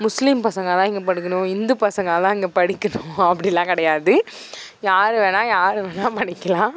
முஸ்லிம் பசங்கள்லாம் இங்கே படிக்கணும் இந்து பசங்க தான் இங்கே படிக்கணும் அப்படிலாம் கிடையாது யார் வேணுனா யார் வேணுனா படிக்கலாம்